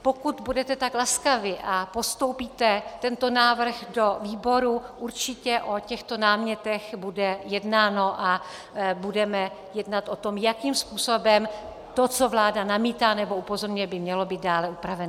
Pokud budete tak laskavi a postoupíte tento návrh do výboru, určitě o těchto námětech bude jednáno a budeme jednat o tom, jakým způsobem by to, co vláda namítá nebo upozorňuje, mělo být dále upraveno.